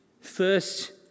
first